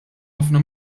ħafna